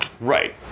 right